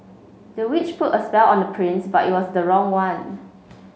the witch put a spell on the prince but it was the wrong one